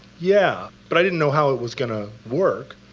yeah, but i didn't know how it was going to work.